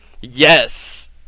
Yes